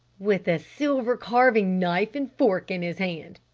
with a silver carving knife and fork in his hand,